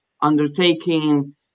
undertaking